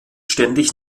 ständig